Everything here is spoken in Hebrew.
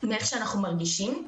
ומאיך שאנחנו מרגישים.